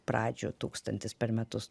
pradžių tūkstantis per metus